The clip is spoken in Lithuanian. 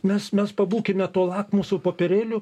mes mes pabūkime tuo lakmuso popierėliu